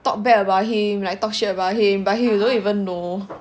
talk bad about him like talk shit about him but he don't even know